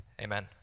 Amen